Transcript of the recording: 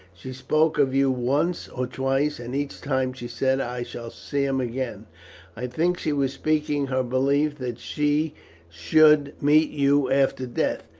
she spoke of you once or twice, and each time she said, i shall see him again i think she was speaking her belief, that she should meet you after death.